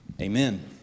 Amen